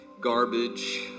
garbage